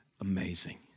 amazing